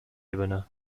ebene